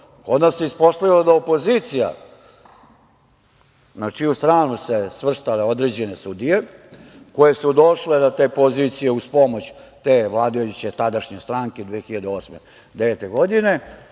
nas se ispostavilo da opozicija, na čiju stranu se svrstavaju određene sudije koje su došle na te pozicije uz pomoć te vladajuće tadašnje stranke 2008/2009.